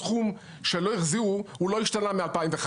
הסכום שלא החזירו לא השתנה מ-2011.